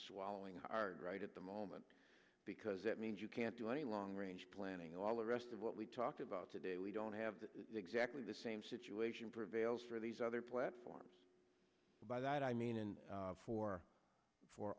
swallowing hard right at the moment because that means you can't do any long range planning all the rest of what we talked about today we don't have the exactly the same situation prevails for these other platforms by that i mean in four four